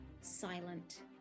silent